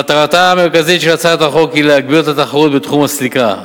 מטרתה המרכזית של הצעת החוק היא להגביר את התחרות בתחום הסליקה.